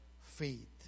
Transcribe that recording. faith